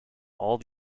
all